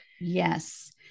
Yes